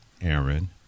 Aaron